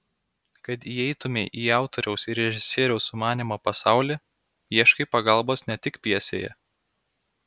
kad įeitumei į autoriaus ir režisieriaus sumanymo pasaulį ieškai pagalbos ne tik pjesėje